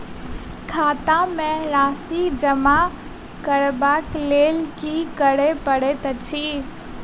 खाता मे राशि जमा करबाक लेल की करै पड़तै अछि?